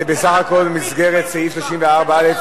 זה בסך הכול מסגרת סעיף 34(א).